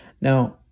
Now